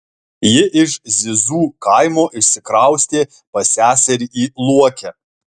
ji iš zizų kaimo išsikraustė pas seserį į luokę